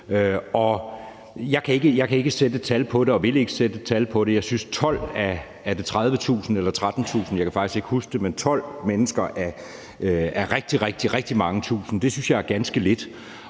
Jeg kan ikke sætte tal på det og vil ikke sætte tal på det. Er det 12 ud af 30.000 eller 13.000? Jeg kan faktisk ikke huske det, men 12 mennesker ud af rigtig, rigtig mange tusind synes jeg er ganske få,